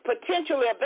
potentially